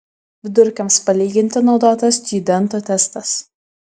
vidurkiams palyginti naudotas stjudento testas